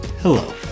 Hello